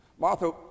Martha